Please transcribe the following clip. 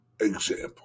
example